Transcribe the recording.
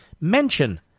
mention